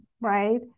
right